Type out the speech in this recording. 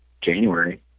january